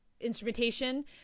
Instrumentation